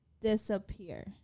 disappear